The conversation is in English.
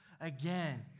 Again